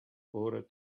order